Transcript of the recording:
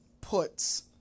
puts